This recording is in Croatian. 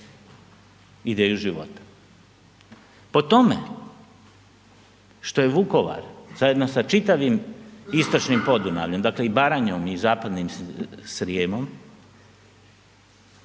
ideju života. Po tome što je Vukovar zajedno sa čitavim istočnim Podunavljem, dakle i Baranjom i zapadnim Srijemom,